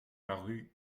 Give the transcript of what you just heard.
paru